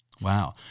Wow